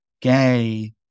gay